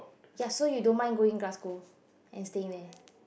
ya so you don't mind going Glasgow and staying there